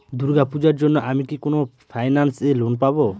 দূর্গা পূজোর জন্য আমি কি কোন ফাইন্যান্স এ লোন পাবো?